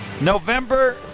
November